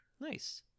nice